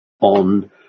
on